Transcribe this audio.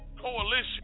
coalition